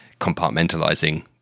compartmentalizing